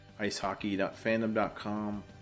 icehockey.fandom.com